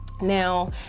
Now